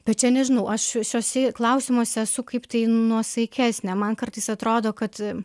tačiau nežinau aš šiuo šiuose klausimuose esu kaip tai nuosaikesnė man kartais atrodo kad